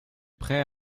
prêt